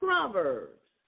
Proverbs